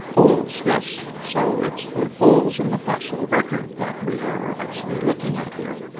holes, yes. so it's the holes in the fossil record that we are actually looking at here.